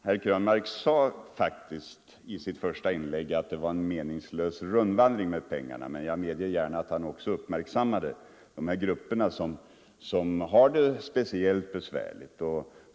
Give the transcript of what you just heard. Herr Krönmark sade faktiskt i sitt första inlägg att det äger rum en meningslös rundvandring av pengar, men jag medger att han också uppmärksammade de grupper som har det speciellt besvärligt.